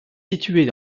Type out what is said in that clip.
situés